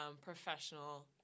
professional